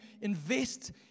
invest